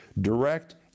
direct